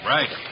Right